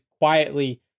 quietly